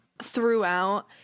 throughout